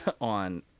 on